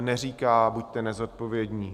Neříká: Buďte nezodpovědní!